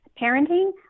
parenting